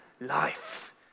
life